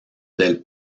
del